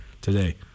today